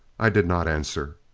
i did not answer.